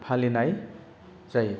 फालिनाय जायो